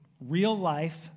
real-life